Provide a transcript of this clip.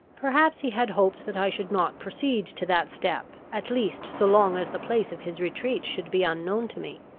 perhaps he had hopes that i should not proceed to that step, at least so long as the place of his retreat should be unknown to me,